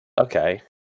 Okay